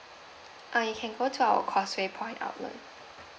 uh you can go to our causeway point outlet